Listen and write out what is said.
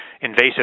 Invasive